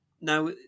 Now